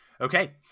okay